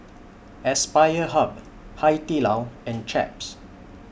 Aspire Hub Hai Di Lao and Chaps